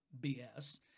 BS